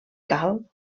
cal